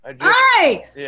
Hi